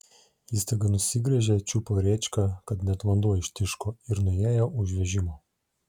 ji staiga nusigręžė čiupo rėčką kad net vanduo ištiško ir nuėjo už vežimo